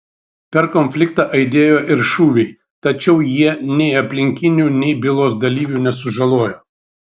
per konfliktą aidėjo ir šūviai tačiau jie nei aplinkinių nei bylos dalyvių nesužalojo